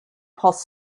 post